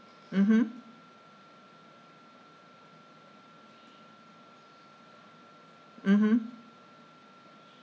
mmhmm mmhmm